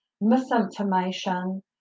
misinformation